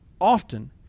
often